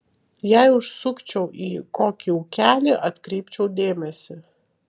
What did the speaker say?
jei užsukčiau į kokį ūkelį atkreipčiau dėmesį